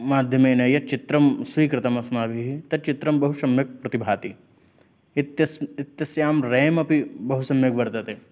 माध्यमेन यच्चित्रं स्वीकृतम् अस्माभिः तत् चित्रं बहुसम्यक् प्रतिभाति इत्यस्मि इत्यस्यां रेम् अपि बहु सम्यक् वर्तते